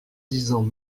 disant